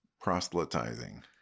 proselytizing